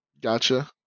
Gotcha